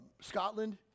Scotland